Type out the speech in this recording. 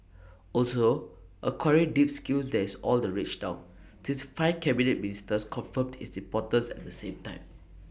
also acquiring deep skills there's all the rage down since five Cabinet Ministers confirmed its importance at the same time